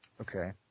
okay